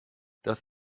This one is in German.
das